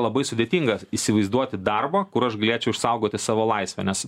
labai sudėtinga įsivaizduoti darbą kur aš galėčiau išsaugoti savo laisvę nes